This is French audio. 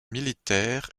militaire